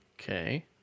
Okay